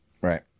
Right